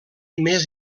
més